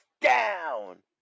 down